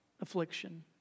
affliction